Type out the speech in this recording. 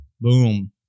Boom